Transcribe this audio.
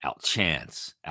outchance